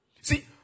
See